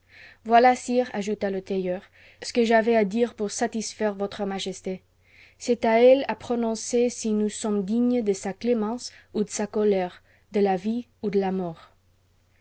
sire ajouta le tailleur ce que j'avais a dire pour satisiairc votre majesté c'est à eiïc à prononcer si nous sommes d g ies de sa ctëmcnce ou de sa colère de la vie ou de la mort